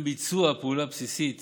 ביצוע פעולות בסיסיות